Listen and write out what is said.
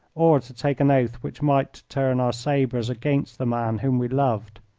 or to take an oath which might turn our sabres against the man whom we loved.